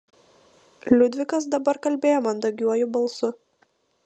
liudvikas dabar kalbėjo mandagiuoju balsu